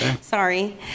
Sorry